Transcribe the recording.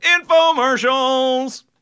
infomercials